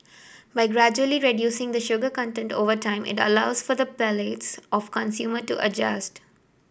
by gradually reducing the sugar content over time it allows for the palates of consumer to adjust